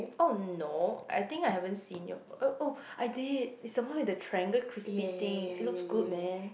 oh no I think I haven't seen it oh I did it some more the triangle crispy thing it looks good man